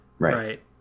Right